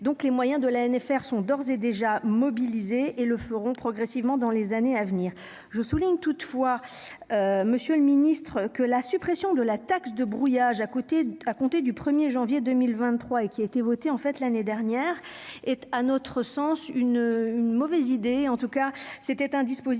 donc les moyens de l'ANFR sont d'ores et déjà mobilisés et le feront progressivement dans les années à venir, je souligne, toutefois, Monsieur le Ministre, que la suppression de la taxe de brouillage à côté, à compter du 1er janvier 2023 et qui a été votée en fait l'année dernière et à notre sens une une mauvaise idée en tout cas, c'était un dispositif